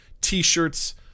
T-shirts